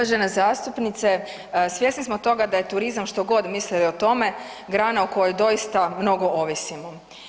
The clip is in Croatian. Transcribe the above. Uvažena zastupnice svjesni smo toga da je turizam što god mislili o tome, grana o kojoj doista mnogo ovisimo.